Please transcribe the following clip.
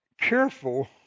careful